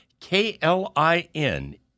KLIN